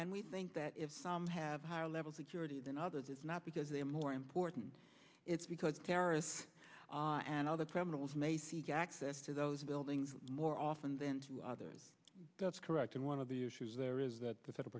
and we think that if some have higher level security than others it's not because they are more important it's because terrorists and other prominent access to those buildings more often than others that's correct and one of the issues there is that the federal